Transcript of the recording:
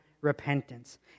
repentance